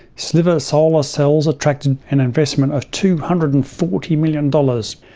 sliver solar cells attracted an investment of two hundred and forty million dollars,